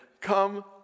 come